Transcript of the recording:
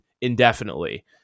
indefinitely